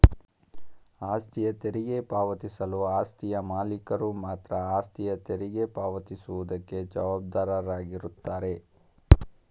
ಆಸ್ತಿ ತೆರಿಗೆ ಪಾವತಿಸಲು ಆಸ್ತಿಯ ಮಾಲೀಕರು ಮಾತ್ರ ಆಸ್ತಿಯ ತೆರಿಗೆ ಪಾವತಿ ಸುವುದಕ್ಕೆ ಜವಾಬ್ದಾರಾಗಿರುತ್ತಾರೆ